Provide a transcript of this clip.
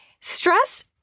Stress